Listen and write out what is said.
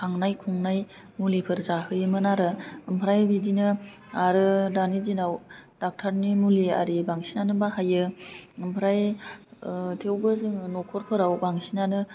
खांनाय खुंनाय मुलिफोर जाहोयोमोन आरो ओमफ्राय बिदिनो आरो दानि दिनाव डाक्टारनि मुलि आरि बांसिनानो बाहायो ओमफ्राय थेवबो जोङो न'खरफोराव बांसिनानो